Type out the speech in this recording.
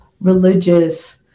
religious